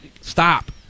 stop